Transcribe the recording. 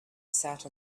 sat